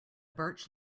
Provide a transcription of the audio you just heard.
birch